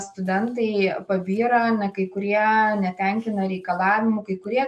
studentai pabyra ane kai kurie netenkina reikalavimų kai kurie